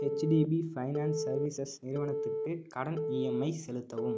HDB finance services நிறுவனத்துக்குக் கடன் EMI செலுத்தவும்